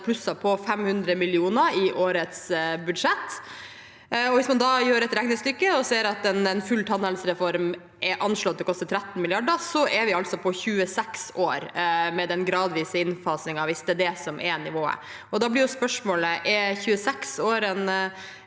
plusset på 500 mill. kr i årets budsjett. Hvis man da setter opp et regnestykke og ser at en full tannhelsereform er anslått å koste 13 mrd. kr, er vi altså på 26 år, med den gradvise innfasingen, hvis det er nivået. Da blir spørsmålet: Er 26 år en